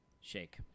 shake